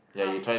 how